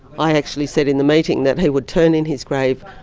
i actually said in the meeting that he would turn in his grave,